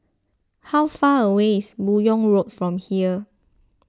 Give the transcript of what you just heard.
how far away is Buyong Road from here